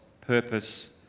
purpose